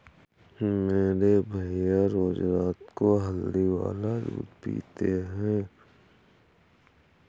मेरे भैया रोज रात को हल्दी वाला दूध पीते हैं